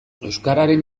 euskararen